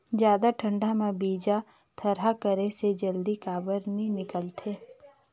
जादा ठंडा म बीजा थरहा करे से जल्दी काबर नी निकलथे?